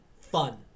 fun